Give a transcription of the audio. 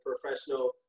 professional